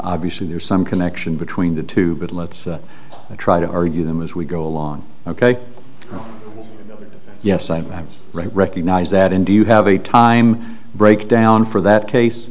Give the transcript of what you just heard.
obviously there's some connection between the two but let's try to argue them as we go along ok yes i recognize that and do you have a time breakdown for that case